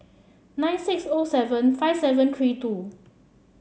nine six O seven five seven three two